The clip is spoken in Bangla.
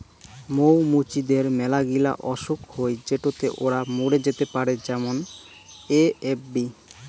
মৌ মুচিদের মেলাগিলা অসুখ হই যেটোতে ওরা মরে যেতে পারে যেমন এ.এফ.বি